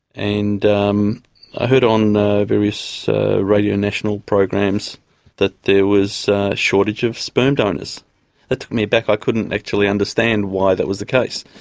and um i heard on various radio national programs that there was a shortage of sperm donors. that took me aback. i couldn't actually understand why that was the case,